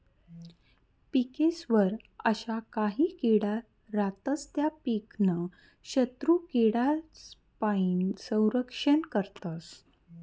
पिकेस्वर अशा काही किडा रातस त्या पीकनं शत्रुकीडासपाईन संरक्षण करतस